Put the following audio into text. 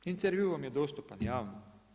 Intervju vam je dostupan javno.